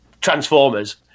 transformers